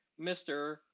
Mr